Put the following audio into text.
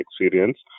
experience